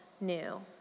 new